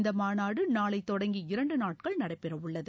இந்த மாநாடு நாளை தொடங்கி இரண்டு நாட்கள் நடைபெறவுள்ளது